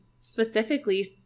specifically